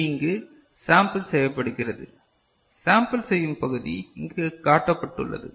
இது இங்கு சாம்பல் செய்யப்படுகிறது சாம்பல் செய்யும் பகுதி இங்கு காட்டப்பட்டுள்ளது